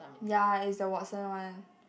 ya is the Watson one